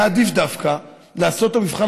היה עדיף דווקא לעשות את המבחן,